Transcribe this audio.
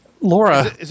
Laura